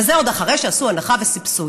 וזה עוד אחרי שעשו הנחה וסבסוד.